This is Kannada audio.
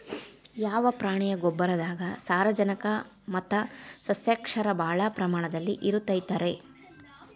ಯಾವ ಪ್ರಾಣಿಯ ಗೊಬ್ಬರದಾಗ ಸಾರಜನಕ ಮತ್ತ ಸಸ್ಯಕ್ಷಾರ ಭಾಳ ಪ್ರಮಾಣದಲ್ಲಿ ಇರುತೈತರೇ?